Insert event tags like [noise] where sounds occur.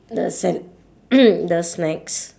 the cen~ [noise] the snacks